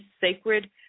sacred